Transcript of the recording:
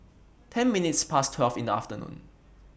ten minutes Past twelve in The afternoon